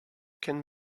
can